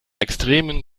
extremen